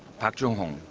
park jong-hong,